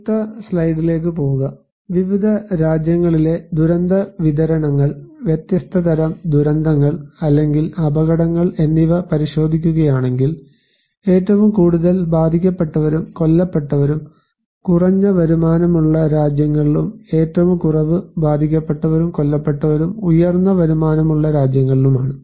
അടുത്ത സ്ലൈഡിലേക്ക് പോകുക വിവിധ രാജ്യങ്ങളിലെ ദുരന്ത വിതരണങ്ങൾ വ്യത്യസ്ത തരം ദുരന്തങ്ങൾ അല്ലെങ്കിൽ അപകടങ്ങൾ എന്നിവ പരിശോധിക്കുകയാണെങ്കിൽ ഏറ്റവും കൂടുതൽ ബാധിക്കപ്പെട്ടവരും കൊല്ലപ്പെട്ടവരും കുറഞ്ഞ വരുമാനമുള്ള രാജ്യങ്ങളിലും ഏറ്റവും കുറവ് ബാധിക്കപ്പെട്ടവരും കൊല്ലപ്പെട്ടവരും ഉയർന്ന വരുമാനമുള്ള രാജ്യങ്ങളിലുമാണ്